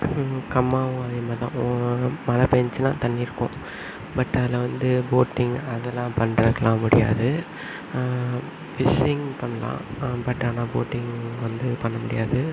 கம்மாவும் அதேமாதிரி தான் மழை பேஞ்சுச்சினால் தண்ணி இருக்கும் பட் அதில் வந்து போட்டிங் அதெலாம் பண்ணுறதுக்கலாம் முடியாது ஃபிஷ்ஷிங் பண்ணிலாம் பட் ஆனால் போட்டிங் வந்து பண்ண முடியாது